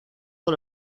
con